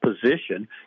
position